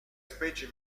specie